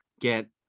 get